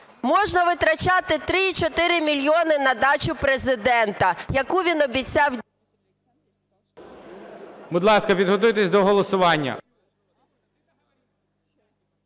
Можна витрачати 3-4 мільйони на дачу Президента, яку він обіцяв... ГОЛОВУЮЧИЙ. Будь ласка, підготуйтесь до голосування.